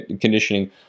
conditioning